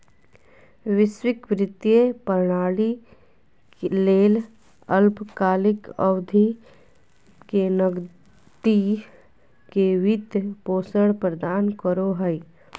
वैश्विक वित्तीय प्रणाली ले अल्पकालिक अवधि के नकदी के वित्त पोषण प्रदान करो हइ